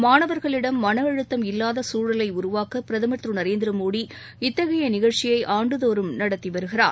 மாணவர்களிடம் மன அழுத்தம் இல்லாத சூழலை உருவாக்க பிரதம் திரு நரேந்திரமோடி இத்தகைய நிகழ்ச்சியை ஆண்டுதோறும் நடத்தி வருகிறார்